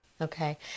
Okay